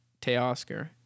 Teoscar